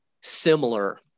similar